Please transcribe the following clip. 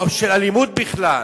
כלשהן, או של אלימות בכלל.